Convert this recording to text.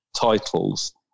titles